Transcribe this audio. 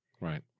Right